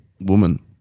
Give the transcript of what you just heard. woman